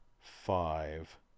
five